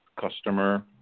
customer